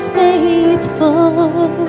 faithful